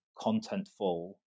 contentful